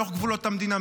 בתוך גבולות המדינה,